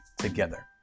together